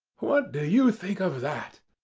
what do you think of that?